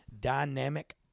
dynamic